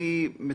אני מצטט.